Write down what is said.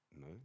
No